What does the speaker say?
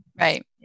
Right